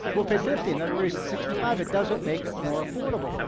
we'll pay fifty. and then it raise sixty five it doesn't make it more affordable.